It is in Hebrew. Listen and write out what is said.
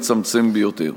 המצמצם ביותר.